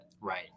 right